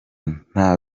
nta